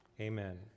Amen